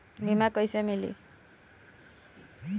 बीमा कैसे मिली?